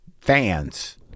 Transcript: fans